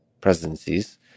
presidencies